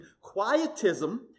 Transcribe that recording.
Quietism